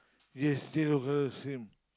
yes stay over same